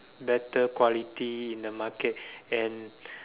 better quality in the market and